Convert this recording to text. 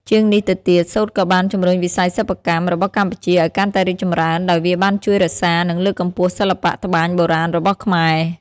ជាងនេះទៅទៀត សូត្រក៏បាន ជំរុញវិស័យសិប្បកម្ម របស់កម្ពុជាឲ្យកាន់តែរីកចម្រើន ដោយវាបានជួយរក្សា និងលើកកម្ពស់សិល្បៈត្បាញបុរាណរបស់ខ្មែរ ។